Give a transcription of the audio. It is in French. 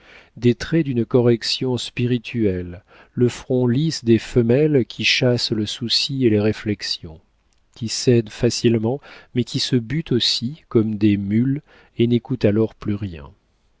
des traits d'une correction spirituelle le front lisse des femmes qui chassent le souci et les réflexions qui cèdent facilement mais qui se butent aussi comme des mules et n'écoutent alors plus rien